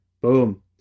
Boom